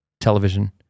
television